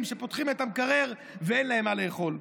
שפותחים את המקרר ואין להם מה לאכול.